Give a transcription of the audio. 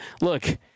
look